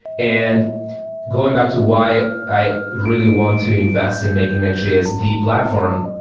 and going back to why i really want to invest in making nextjs the platform,